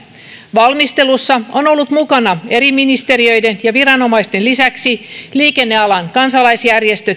valmistelussa on ollut mukana eri ministeriöiden ja viranomaisten lisäksi liikennealan kansalaisjärjestöjä